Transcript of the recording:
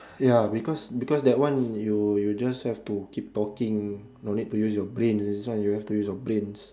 ya because because that one you you just have to keep talking no need to use your brain this one you have to use your brains